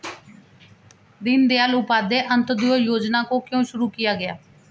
दीनदयाल उपाध्याय अंत्योदय योजना को क्यों शुरू किया गया?